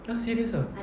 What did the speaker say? !huh! serious ah